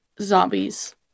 Zombies